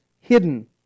hidden